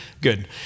Good